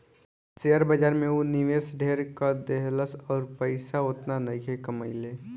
share बाजार में ऊ निवेश ढेर क देहलस अउर पइसा ओतना नइखे कमइले